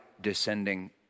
descending